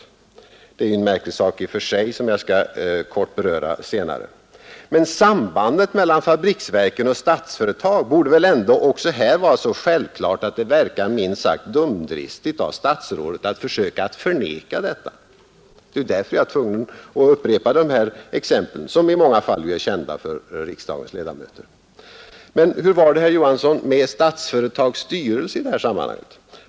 Det är en märklig sak i och för sig, som jag skall beröra kortfattat senare. Men sambandet mellan fabriksverken och Statsföretag borde ändå vara så självklart att det verkar minst sagt dumdristigt av statsrådet att försöka förneka detta. Det är därför jag är tvungen att upprepa dessa exempel, som i många fall är kända för riksdagens ledamöter. Men hur var det, herr Johansson, med Statsföretags styrelse i detta sammanhang?